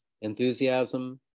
enthusiasm